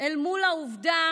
אל מול העובדה